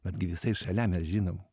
betgi visai šalia nes žinom